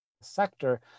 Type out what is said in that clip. sector